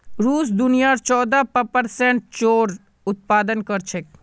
रूस दुनियार चौदह प्परसेंट जौर उत्पादन कर छेक